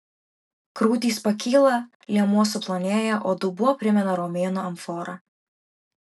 krūtys pakyla liemuo suplonėja o dubuo primena romėnų amforą